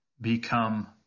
become